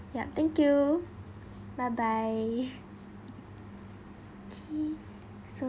yup thank you bye bye okay so